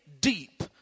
deep